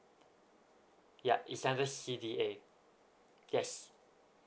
ya it's under C_D_A yes